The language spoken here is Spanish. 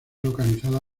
localizada